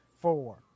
Four